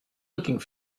looking